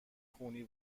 خونی